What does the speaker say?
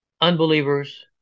unbelievers